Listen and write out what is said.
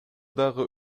дагы